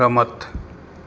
રમત